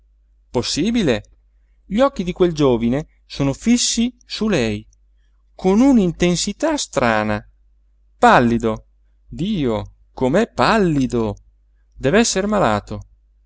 mani possibile gli occhi di quel giovine sono fissi su lei con una intensità strana pallido dio com'è pallido dev'esser malato